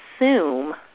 assume